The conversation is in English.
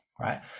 right